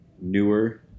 newer